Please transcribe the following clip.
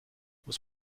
muss